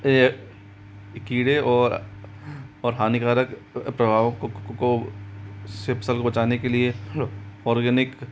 ये कीड़े और हानिकारक प्रभाव से फ़सल को बचाने के लिए ऑर्गेनिक